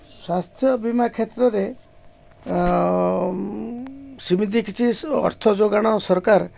ସ୍ୱାସ୍ଥ୍ୟ ବୀମା କ୍ଷେତ୍ରରେ ସେମିତି କିଛି ଅର୍ଥ ଯୋଗାଣ ସରକାର